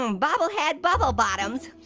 um bobble head, bubble bottoms.